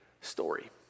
story